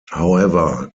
however